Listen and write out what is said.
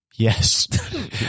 Yes